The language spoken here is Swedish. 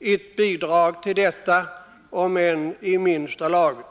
ett bidrag till detta, om än i minsta laget.